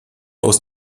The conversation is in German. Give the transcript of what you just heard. aus